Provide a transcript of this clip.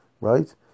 Right